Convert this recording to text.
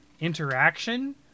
interaction